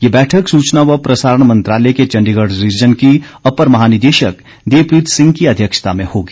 ये बैठक सूचना व प्रसारण मंत्रालय के चण्डीगढ़ रीजन की अप्पर महानिदेशक देव प्रीत सिंह की अध्यक्षता में होगी